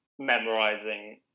memorizing